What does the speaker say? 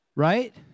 Right